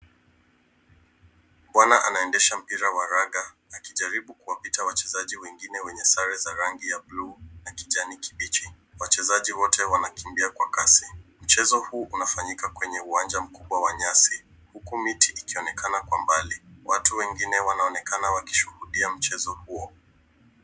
Bwana anaendesha mpira wa raga akijaribu kuwapita wachezaji wengine wenye sare ya rangi ya bluu na kijani kibichi. Wachezaji wote wanakimbia kwa kasi. Mchezo huu unafanyika kwenye uwanja mkubwa wa nyasi huku miti ikionekana kwa mbali. Watu wengine wanaonekana wakishuhudia mchezo huo.